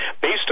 based